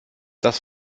das